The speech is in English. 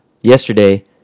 yesterday